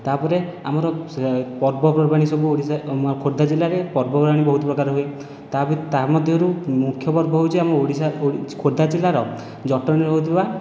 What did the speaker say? ତାପରେ ଆମର ସେ ପର୍ବପର୍ବାଣି ସବୁ ଓଡ଼ିଶାରେ ଖୋର୍ଦ୍ଧା ଜିଲ୍ଲାରେ ପର୍ବପର୍ବାଣି ବହୁତ ପ୍ରକାର ହୁଏ ତା ତାହା ମଧ୍ୟରୁ ମୁଖ୍ୟ ପର୍ବ ହେଉଛି ଆମ ଓଡ଼ିଶା ଖୋର୍ଦ୍ଧା ଜିଲ୍ଲାର ଜଟଣୀରେ ହେଉଥିବା